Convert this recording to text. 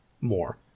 more